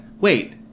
wait